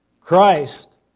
Christ